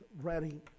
ready